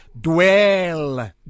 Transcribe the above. dwell